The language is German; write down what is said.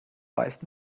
weiß